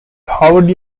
harvard